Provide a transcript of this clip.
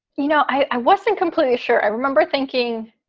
you know, i wasn't completely sure. i remember thinking,